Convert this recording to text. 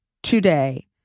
today